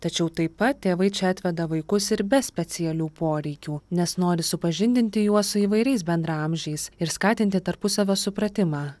tačiau taip pat tėvai čia atveda vaikus ir be specialių poreikių nes nori supažindinti juos su įvairiais bendraamžiais ir skatinti tarpusavio supratimą